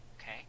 Okay